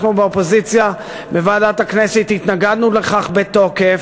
אנחנו, האופוזיציה, התנגדנו לכך בתוקף